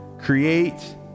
Create